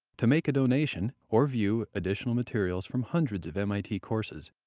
to make a donation or view additional materials from hundreds of mit courses,